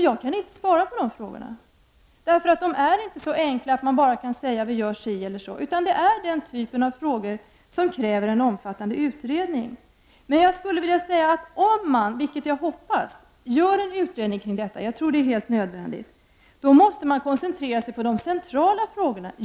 Jag kan inte svara på de frågorna, eftersom de inte är så enkla att man bara kan säga att vi gör si eller så. Detta är den typ av frågor som kräver en omfattande utredning. Om man, vilket jag hoppas och tror är helt nödvändigt, gör en utredning kring detta, då måste man koncentrera sig på de centrala frågorna.